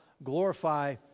Glorify